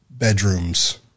bedrooms